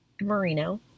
merino